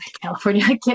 California